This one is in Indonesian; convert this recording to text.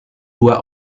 dua